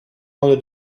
modo